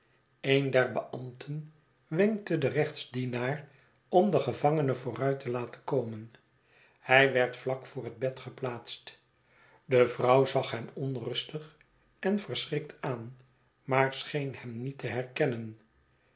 een der beambten wenkte den gerechtsdienaar om den gevangene vooruit te laten komen hij werd vlak voor het bed geplaatst de vrouw zag hem onrustig en verschrikt aan maar scheen hem niet te herkennen